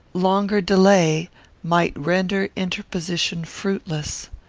longer delay might render interposition fruitless.